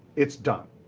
it's done.